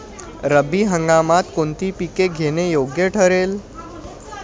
रब्बी हंगामात कोणती पिके घेणे योग्य ठरेल?